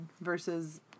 versus